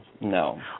no